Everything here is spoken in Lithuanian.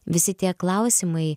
visi tie klausimai